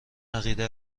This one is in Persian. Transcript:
عقیده